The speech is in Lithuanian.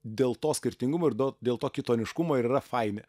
dėl to skirtingumo ir dėl to kitoniškumo ir yra faini